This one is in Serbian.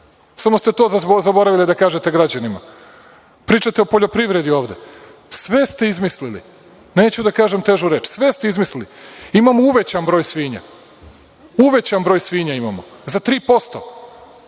Samo ste to zaboravili da kažete građanima. Pričate o poljoprivredi ovde. Sve ste izmislili. Neću da kažem težu reč. Sve ste izmislili. Imamo uvećan broj svinja. Uvećan broj svinja imamo za 3%,